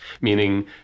meaning